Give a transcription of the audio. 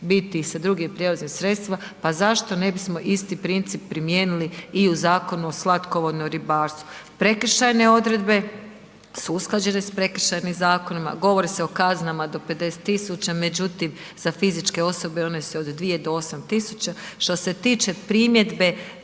biti i sa drugim prijevoznim sredstvima, pa zašto ne bismo isti princip primijenili i u Zakonu o slatkovodnom ribarstvu. Prekršajne odredbe su usklađene s prekršajnim zakonima, govori se o kaznama do 50 000, međutim za fizičke osobe one su od 2 do 8000, što se tiče primjedbe